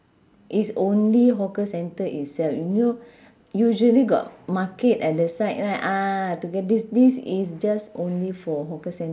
it's only hawker centre itself you know usually got market at the side right ah together this is just only for hawker cen~